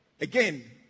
Again